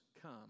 come